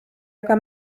aga